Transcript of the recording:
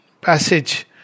passage